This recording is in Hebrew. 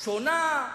שונה,